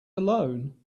alone